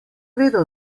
vedel